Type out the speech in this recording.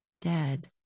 Dead